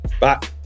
Bye